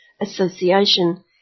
Association